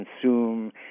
consume